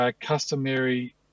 customary